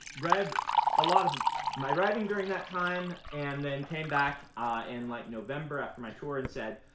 read a lot of my writing during that time, and then came back in like november after my tour and said,